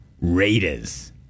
Raiders